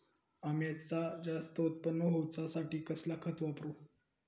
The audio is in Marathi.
अम्याचा जास्त उत्पन्न होवचासाठी कसला खत वापरू?